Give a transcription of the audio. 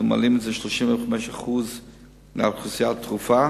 מעלים את זה ל-35% לאוכלוסייה הדחופה,